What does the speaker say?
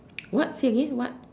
what say again what